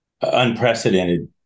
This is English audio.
unprecedented